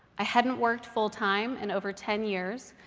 i hadn't worked full-time in over ten years.